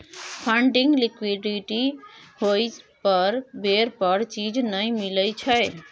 funding liquidity होइ पर बेर पर चीज नइ मिलइ छइ